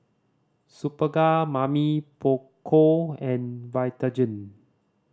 Superga Mamy Poko and Vitagen